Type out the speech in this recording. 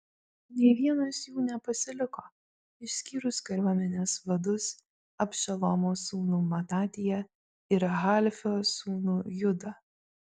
nė vienas jų nepasiliko išskyrus kariuomenės vadus abšalomo sūnų matatiją ir halfio sūnų judą